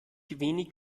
wenig